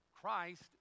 Christ